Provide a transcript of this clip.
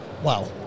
Wow